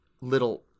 little